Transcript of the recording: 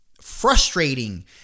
frustrating